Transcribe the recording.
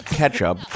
ketchup